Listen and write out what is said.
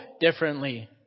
differently